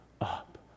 up